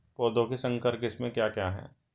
पौधों की संकर किस्में क्या क्या हैं?